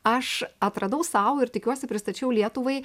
aš atradau sau ir tikiuosi pristačiau lietuvai